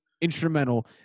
instrumental